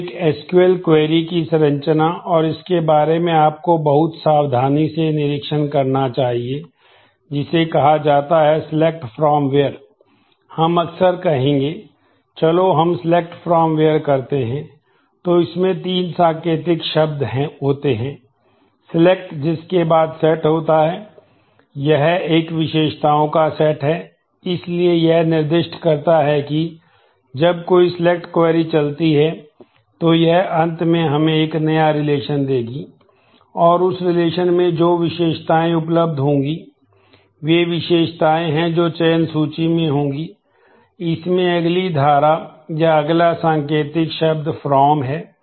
तो एक एसक्यूएल निर्दिष्ट करता है